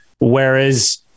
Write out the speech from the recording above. whereas